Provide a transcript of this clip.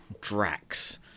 Drax